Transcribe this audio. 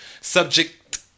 subject